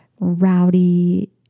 rowdy